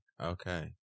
Okay